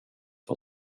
vad